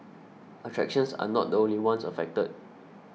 attractions are not the only ones affected